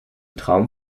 traum